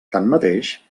tanmateix